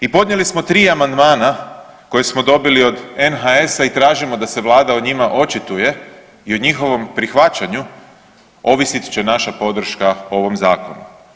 I podnijeli smo 3 amandmana koje smo dobili od NHS-a i tražimo da se Vlada o njima očituje i o njihovom prihvaćanju ovisit će naša podrška ovom Zakonu.